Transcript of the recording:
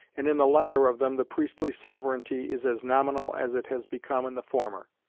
and in the latter of them the priestly sovereignty is as nominal as it has become in the former.